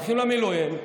הולכים למילואים,